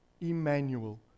Emmanuel